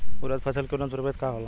उरद फसल के उन्नत प्रभेद का होला?